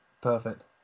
perfect